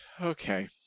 okay